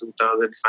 2005